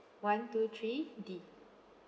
one two three D